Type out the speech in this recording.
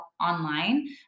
online